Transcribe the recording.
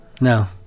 No